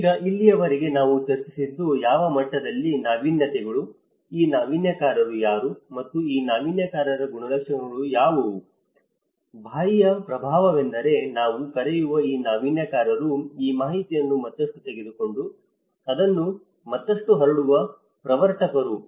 ಈಗ ಇಲ್ಲಿಯವರೆಗೆ ನಾವು ಚರ್ಚಿಸಿದ್ದು ಯಾವ ಮಟ್ಟದಲ್ಲಿ ನಾವೀನ್ಯತೆಗಳು ಈ ನಾವೀನ್ಯಕಾರರು ಯಾರು ಮತ್ತು ಈ ನಾವೀನ್ಯಕಾರರ ಗುಣಲಕ್ಷಣಗಳು ಯಾವುವು ಬಾಹ್ಯ ಪ್ರಭಾವವೆಂದರೆ ನಾವು ಕರೆಯುವ ಈ ನಾವೀನ್ಯಕಾರರು ಈ ಮಾಹಿತಿಯನ್ನು ಮತ್ತಷ್ಟು ತೆಗೆದುಕೊಂಡು ಅದನ್ನು ಮತ್ತಷ್ಟು ಹರಡುವ ಪ್ರವರ್ತಕರು